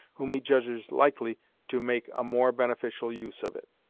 whom he judges likely to make a more beneficial use of it.